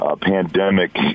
pandemic